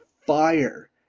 fire